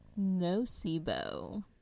Nocebo